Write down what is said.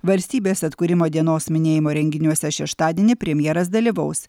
valstybės atkūrimo dienos minėjimo renginiuose šeštadienį premjeras dalyvaus